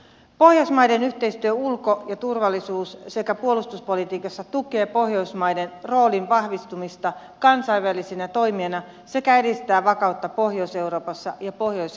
pohjoismaiden yhteistyö ulko ja turvallisuus sekä puolustuspolitiikassa tukee pohjoismaiden roolin vahvistumista kansainvälisenä toimijana sekä edistää vakautta pohjois euroopassa ja pohjoisilla alueilla